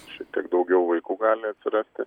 šiek tiek daugiau vaikų gali atsirasti